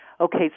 Okay